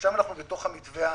עכשיו אנחנו בתוך המתווה השלישי.